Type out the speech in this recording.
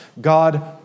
God